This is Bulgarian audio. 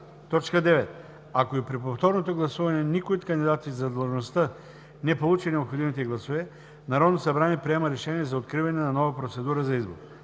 „за“. 9. Ако и при повторното гласуване никой от кандидатите за длъжността не получи необходимите гласове, Народното събрание приема решение за откриване на нова процедура за избор.